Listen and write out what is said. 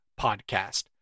podcast